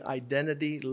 identity